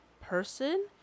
person